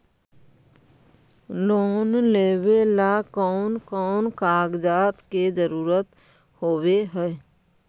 Loan लेबे ला कौन कौन कागजात के जरुरत होबे है?